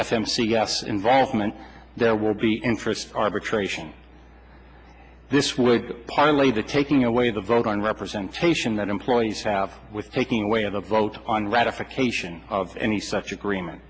f m c us involvement there will be interesting arbitration this would parlay to taking away the vote on representation that employees have with taking away of the vote on ratification of any such agreement